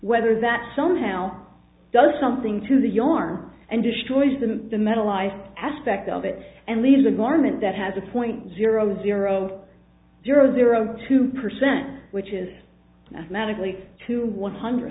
whether that somehow does something to the arm and destroys them the metal life aspect of it and then the garment that has a point zero zero zero zero two percent which is medically to one hundred